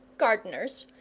gardeners,